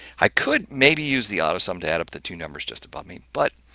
i could maybe use the autosum to add up the two numbers just above me, but,